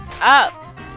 up